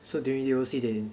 so during U_O_C they